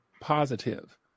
positive